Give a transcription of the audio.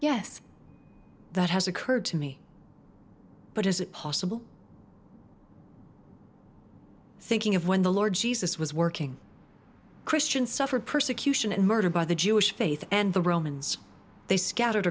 yes that has occurred to me but is it possible thinking of when the lord jesus was working christians suffered persecution and murdered by the jewish faith and the romans they scattered